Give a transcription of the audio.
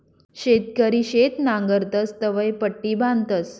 शेतकरी शेत नांगरतस तवंय पट्टी बांधतस